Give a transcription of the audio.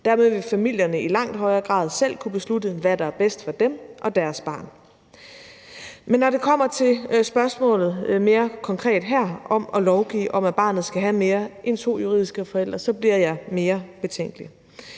Dermed vil familien i langt højere grad selv kunne beslutte, hvad der er bedst for dem og deres barn. Men når det kommer til det mere konkrete spørgsmål her om at lovgive om, at barnet skal have mere end to juridiske forældre, bliver jeg mere betænkelig.